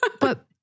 but-